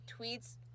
tweets